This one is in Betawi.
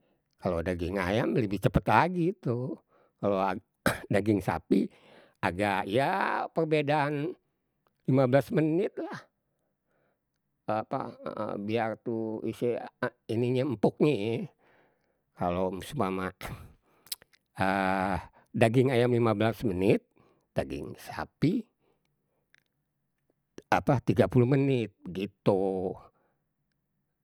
Kalau daging ayam lebih cepat lagi itu. Kalau daging sapi agak ya perbedaan 15 menit lah. Apa biar tuh isi ininye empuknye ye. Kalau miseumpama daging ayam lima belas menit, daging sapi apa tiga puluh menit begitu.